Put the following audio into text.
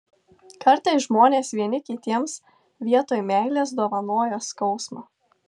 kartais žmonės vieni kitiems vietoj meilės dovanoja skausmą